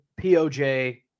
POJ